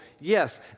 Yes